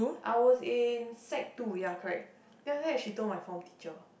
I was in sec-two ya correct then after that she told my form teacher